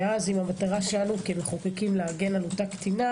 ואז אם המטרה שלנו כמחוקקים להגן על אותה קטינה,